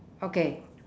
okay